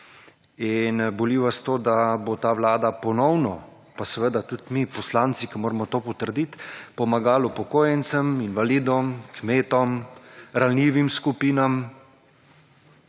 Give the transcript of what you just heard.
in boli vas to, da bo ta Vlada ponovno, pa seveda tudi mi, poslanci, ki moramo to potrdit, pomagal upokojencem, invalidom, kmetom, ranljivim skupinam